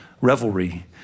revelry